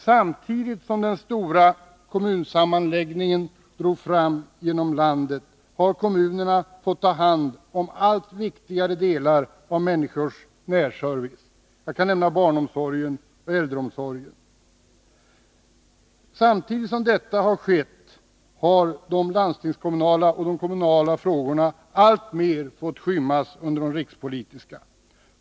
Samtidigt som den stora kommunsammanläggningen drog fram över landet fick kommunerna ta hand om allt viktigare delar av människors närservice. Jag kan nämna barnomsorgen och äldreomsorgen. Samtidigt som detta skett har de primärkommunala och landstingskommunala frågorna alltmer kommit att skymmas av de rikspolitiska.